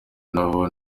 nabo